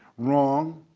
wrong?